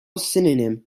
synonym